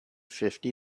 fifty